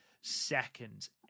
seconds